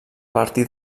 partir